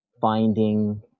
finding